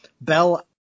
Bell